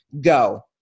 go